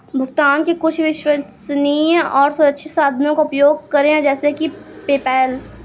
भुगतान के कुछ विश्वसनीय और सुरक्षित साधनों का उपयोग करें जैसे कि पेपैल